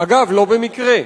אגב, לא במקרה.